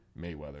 Mayweather